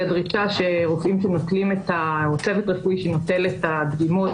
היא הדרישה שרופאים או צוות רפואי שנוטל את הדגימות